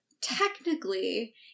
technically